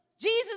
Jesus